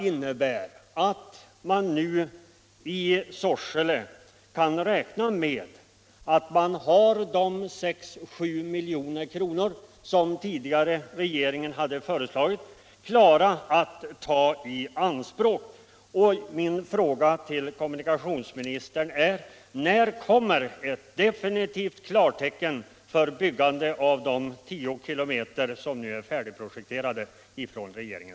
Innebär det att man nu i Sorsele kan räkna med att de 6-7 milj.kr. som den tidigare regeringen föreslagit är klara att tas i anspråk? Min fråga till kommu nikationsministern blir: När kommer ett definitivt klartecken från regeringen för byggande av de 10 km som nu är färdigprojekterade?